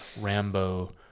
Rambo